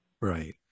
Right